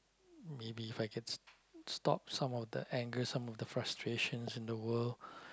maybe If I can stop some of the anger some of the frustrations in the world